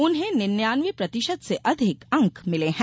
उन्हें निन्यान्नवे प्रतिशत से अधिक अंक मिले हैं